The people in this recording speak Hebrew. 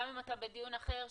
גם אם אתה בדיון אחר,